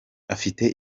afite